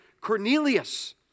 Cornelius